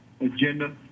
agenda